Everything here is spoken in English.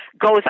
goes